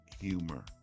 humor